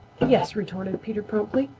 yes, retorted peter promptly.